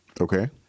Okay